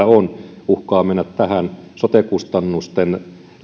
on uhkaa mennä tähän sote kustannusten